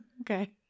Okay